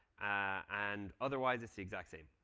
and otherwise it's the exact same.